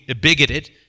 bigoted